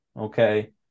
okay